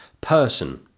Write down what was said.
person